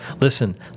listen